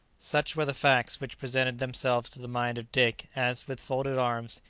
such were the facts which presented themselves to the mind of dick as, with folded arms,